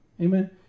Amen